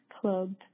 club